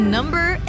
Number